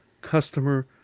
customer